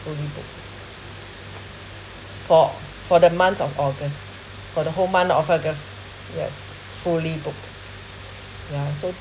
fully booked for for the month of august for the whole month of august yes fully booked yeah so